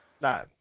No